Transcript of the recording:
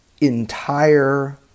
entire